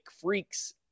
freaks